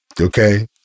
Okay